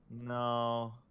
No